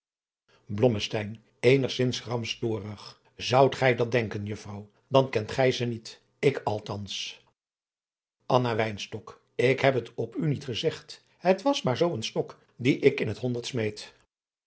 eenigzins gramstorig zoudt gij dat denken juffrouw dan kent gij ze niet ik althans anna wynstok ik heb het op u niet gezegd het was maar zoo een stok dien ik in het honderd smeet